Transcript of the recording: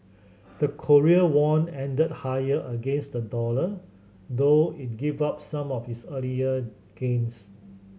the Korean won ended higher against the dollar though it gave up some of its earlier gains